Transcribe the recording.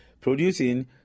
producing